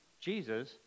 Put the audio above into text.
Jesus